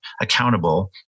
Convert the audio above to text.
accountable